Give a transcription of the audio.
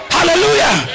Hallelujah